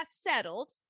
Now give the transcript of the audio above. settled